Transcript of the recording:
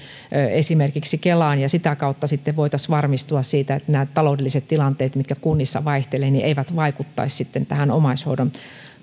esimerkiksi kelaan ja sitä kautta sitten voitaisiin varmistua siitä että taloudelliset tilanteet mitkä kunnissa vaihtelevat eivät vaikuttaisi sitten tähän omaishoidon